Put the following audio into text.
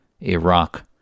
Iraq